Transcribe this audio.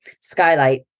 skylight